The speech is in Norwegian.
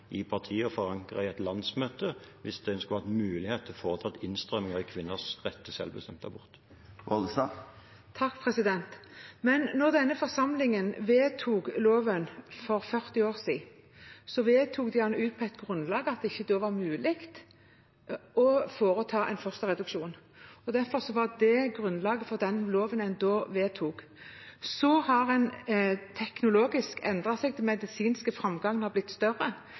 i partiet, forankret i et landsmøte, hvis en skulle hatt mulighet til å foreta innstramminger i kvinners rett til selvbestemt abort. Da denne forsamlingen vedtok loven for 40 år siden, vedtok de den på det grunnlaget at det da ikke var mulig å foreta en fosterreduksjon, og derfor var det grunnlaget for den loven en da vedtok. Så har en teknologisk endret seg – den medisinske framgangen har blitt større.